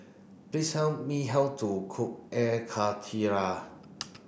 please tell me how to cook Air Karthira